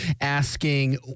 asking